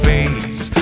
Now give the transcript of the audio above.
Face